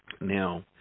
Now